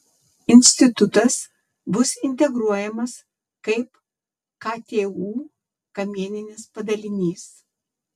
institutas bus integruojamas kaip ktu kamieninis padalinys